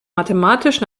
mathematisch